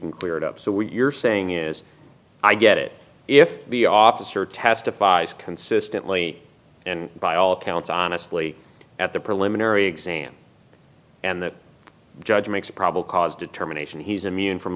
can clear it up so what you're saying is i get it if the officer testifies consistently and by all accounts honestly at the preliminary exam and the judge makes a probable cause determination he's immune from